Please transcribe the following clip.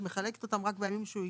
את מחלקת אותם רק בימים שהוא הגיע.